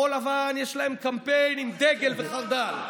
כחול לבן, יש להם קמפיין עם דגל וחרדל,